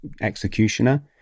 executioner